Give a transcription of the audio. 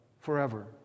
forever